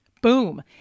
Boom